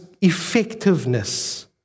effectiveness